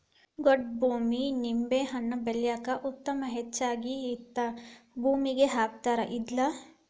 ಗೊಡ್ಡ ಭೂಮಿ ನಿಂಬೆಹಣ್ಣ ಬೆಳ್ಯಾಕ ಉತ್ತಮ ಹೆಚ್ಚಾಗಿ ಹಿಂತಾ ಭೂಮಿಗೆ ಹಾಕತಾರ ಇದ್ನಾ